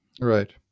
Right